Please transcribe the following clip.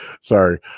Sorry